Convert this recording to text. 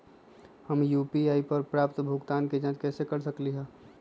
हम यू.पी.आई पर प्राप्त भुगतान के जाँच कैसे कर सकली ह?